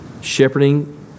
Shepherding